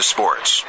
Sports